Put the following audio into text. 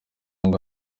ngo